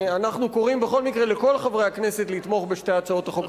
אנחנו קוראים לכל חברי הכנסת לתמוך בשתי הצעות החוק החשובות האלה.